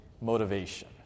motivation